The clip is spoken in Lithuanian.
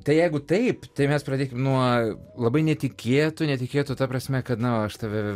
tai jeigu taip tai mes pradėkim nuo labai netikėtų netikėtų ta prasme kad na aš tave